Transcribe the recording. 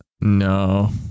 No